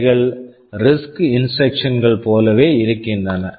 அவைகள் risk RISC instruction instructions களைப் போலவே இருக்கின்றன